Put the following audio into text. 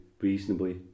reasonably